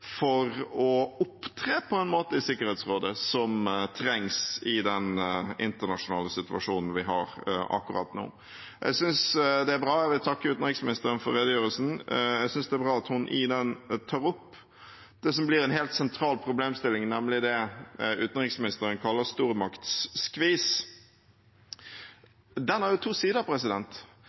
for å opptre på en måte i Sikkerhetsrådet som trengs i den internasjonale situasjonen vi har akkurat nå. Jeg vil takke utenriksministeren for redegjørelsen. Jeg synes det er bra at hun i den tar opp det som blir en helt sentral problemstilling, nemlig det utenriksministeren kaller «stormaktsskvis». Den har jo to sider.